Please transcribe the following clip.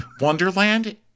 Wonderland